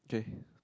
okay